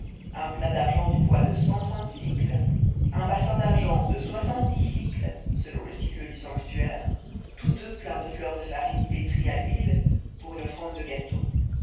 un plat d'argent du poids de cent trente un bassin d'argent de soixante-dix sicles selon le sicle du sanctuaire tous deux pleins de fleur de farine pétrie à l'huile pour une offrande de gâteau